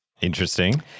Interesting